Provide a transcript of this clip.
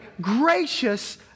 gracious